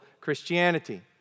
Christianity